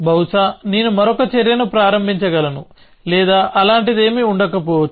బహుశా నేను మరొక చర్యను ప్రారంభించగలను లేదా అలాంటిదేమీ ఉండక పోవచ్చు